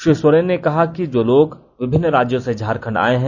मुख्यमंत्री ने कहा कि जो लोग विभिन्न राज्य से झारखंड आए हैं